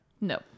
No